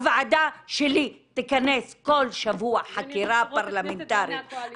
הוועדה שלי תכנס כל שבוע חקירה פרלמנטארית.